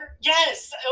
Yes